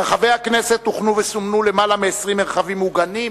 ברחבי הכנסת הוכנו וסומנו למעלה מ-20 מרחבים מוגנים,